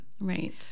Right